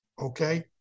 okay